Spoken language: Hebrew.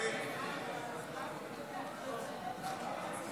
אושרה בקריאה ראשונה